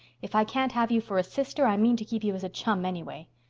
if i can't have you for a sister i mean to keep you as a chum anyway.